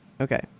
Okay